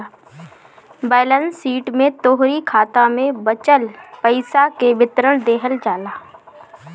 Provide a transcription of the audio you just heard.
balance sheet में तोहरी खाता में बचल पईसा कअ विवरण देहल जाला